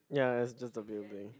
ya it's just a building